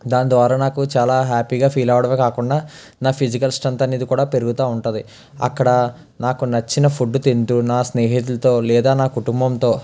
దాని ద్వారా నాకు చాలా హ్యాపీగా ఫీల్ అవ్వడమే కాకుండా నా ఫిజికల్ స్ట్రెంత్ అనేది కూడా పెరుగుతూ ఉంటుంది అక్కడ నాకు నచ్చిన ఫుడ్ తింటూ నా స్నేహితులుతో లేదా నా కుటుంబంతో